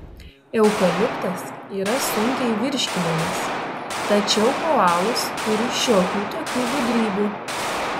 eukaliptas yra sunkiai virškinamas tačiau koalos turi šiokių tokių gudrybių